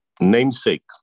namesake